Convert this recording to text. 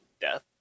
death